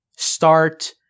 start